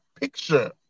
picture